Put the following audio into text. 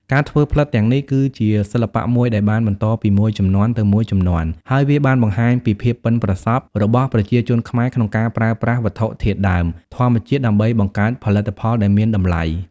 ការធ្វើផ្លិតទាំងនេះគឺជាសិល្បៈមួយដែលបានបន្តពីមួយជំនាន់ទៅមួយជំនាន់ ហើយវាបានបង្ហាញពីភាពប៉ិនប្រសប់របស់ប្រជាជនខ្មែរក្នុងការប្រើប្រាស់វត្ថុធាតុដើមធម្មជាតិដើម្បីបង្កើតផលិតផលដែលមានតម្លៃ។